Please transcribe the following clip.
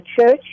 church